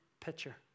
picture